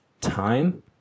time